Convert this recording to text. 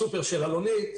בסופר של "אלונית",